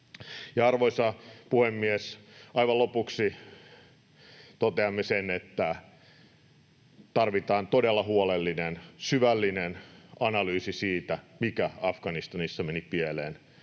Arvoisa puhemies! Aivan lopuksi toteamme sen, että tarvitaan todella huolellinen, syvällinen analyysi siitä, mikä Afganistanissa meni pieleen.